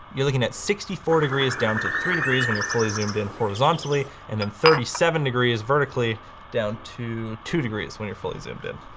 you're looking at sixty four degrees down to three degrees when you're fully zoomed in horizontally, and then thirty seven degrees vertically down to two degrees when you're fully zoomed in.